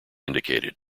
indicated